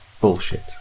bullshit